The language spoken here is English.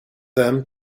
them